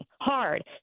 hard